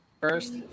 first